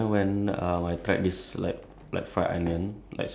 ya so at first I thought it was uh because I really don't like onion